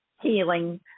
healing